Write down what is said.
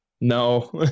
No